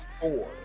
four